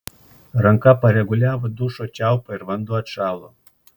ranka pareguliavo dušo čiaupą ir vanduo atšalo